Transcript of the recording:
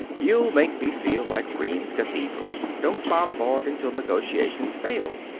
you make me feel like rheims cathedral. don't bombard until negotiations fail.